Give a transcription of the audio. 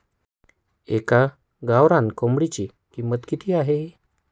एका गावरान कोंबडीची किंमत किती असते?